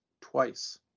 twice